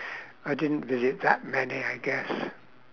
I didn't visit that many I guess